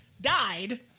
died